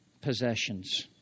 possessions